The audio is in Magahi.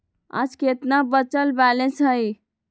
आज केतना बचल बैलेंस हई?